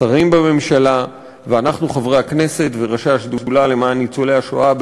שרים בממשלה ואנחנו חברי הכנסת וראשי השדולה למען ניצולי השואה,